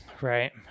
Right